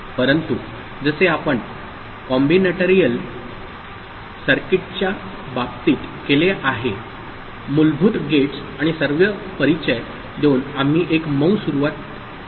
परंतु जसे आपण कॉम्बिनेटरियल सर्किटच्या बाबतीत केले आहे मूलभूत गेट्स आणि सर्व परिचय देऊन आम्ही एक मऊ सुरुवात केली